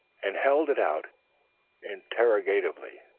and held it out interrogatively.